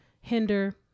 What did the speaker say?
hinder